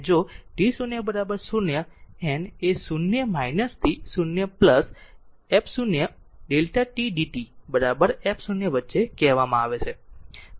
જો t0 0 n એ 0 થી 0 f0 Δ t dt f0 વચ્ચે કહેવામાં આવશે